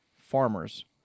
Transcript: farmers